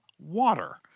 water